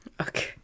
Okay